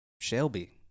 Shelby